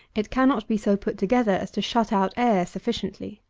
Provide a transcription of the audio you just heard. it cannot be so put together as to shut out air sufficiently.